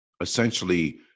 essentially